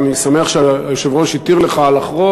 ואני שמח שהיושב-ראש התיר לך לחרוג.